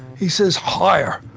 he says, higher!